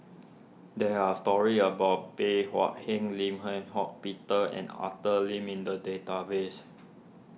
there are stories about Bey Hua Heng Lim Eng Hock Peter and Arthur Lim in the database